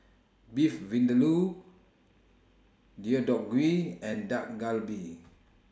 Beef Vindaloo Deodeok Gui and Dak Galbi